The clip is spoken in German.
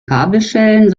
kabelschellen